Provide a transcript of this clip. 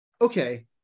okay